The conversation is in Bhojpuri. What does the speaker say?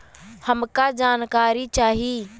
हमका जानकारी चाही?